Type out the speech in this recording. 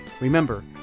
Remember